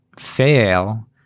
fail